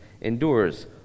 endures